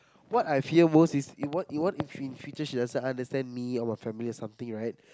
what I fear most is if what if what in future if she doesn't understand me or my family or something right